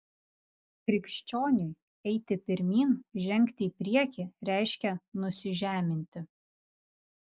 krikščioniui eiti pirmyn žengti į priekį reiškia nusižeminti